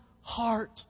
heart